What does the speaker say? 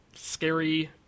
scary